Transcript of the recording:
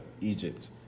Egypt